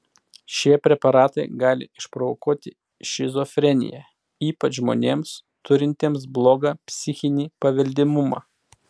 šie preparatai gali išprovokuoti šizofreniją ypač žmonėms turintiems blogą psichinį paveldimumą